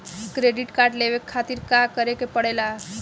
Credit card लेवे खातिर का करे के पड़ेला?